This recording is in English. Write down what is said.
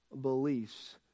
beliefs